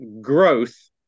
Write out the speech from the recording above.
growth